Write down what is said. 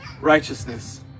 righteousness